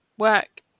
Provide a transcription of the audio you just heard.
work